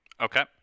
Okay